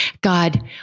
God